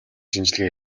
шинжилгээ